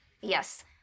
Yes